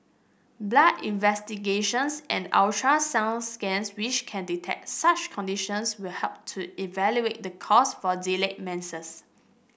blood investigations and ultrasound scans which can detect such conditions will help to evaluate the cause for delayed menses